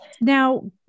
Now